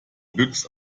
büx